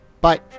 Bye